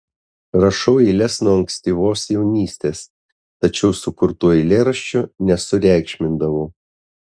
rašau eiles nuo ankstyvos jaunystės tačiau sukurtų eilėraščių nesureikšmindavau